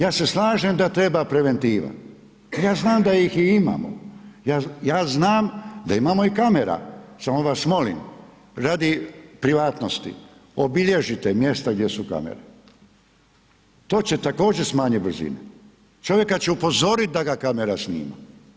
Ja se slažem da treba preventiva, ja znam da ih i imamo, ja znam da imamo i kamera samo vas molim radi privatnosti, obilježite mjesta gdje su kamere, to će također smanjit brzinu, čovjeka će upozoriti da ga kamera snima.